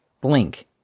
blink